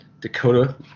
Dakota